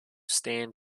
stan